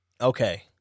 okay